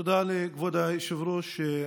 תודה לכבוד היושב-ראש.